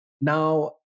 now